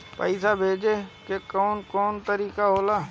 पइसा भेजे के कौन कोन तरीका होला?